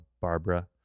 Barbara